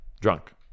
drunk